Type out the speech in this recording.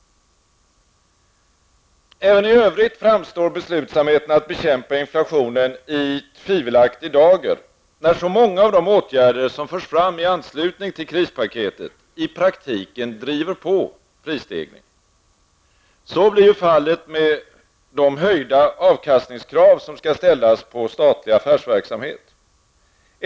Även i övrigt framstår beslutsamheten att bekämpa inflationen i tvivelaktig dager, när så många av de åtgärder som förs fram i anslutning till krispaketet i praktiken driver på prisstegringen. Så blir fallet med de höjda avkastningskrav som skall ställas på statlig affärsverksamhet.